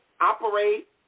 operate